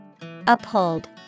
Uphold